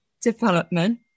development